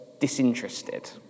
disinterested